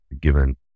given